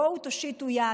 בואו, הושיטו יד,